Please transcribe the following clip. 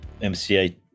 MCA